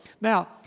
Now